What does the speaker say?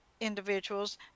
individuals